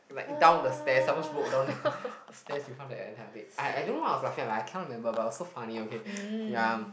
like down the stairs some more slope down the stairs in front of the entire thing I I don't know what I was laughing I cannot remember but it was so funny okay ya